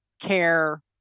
care